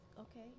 Okay